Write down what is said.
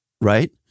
right